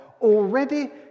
already